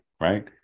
right